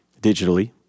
digitally